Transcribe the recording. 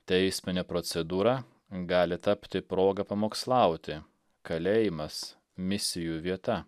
teismine procedūra gali tapti proga pamokslauti kalėjimas misijų vieta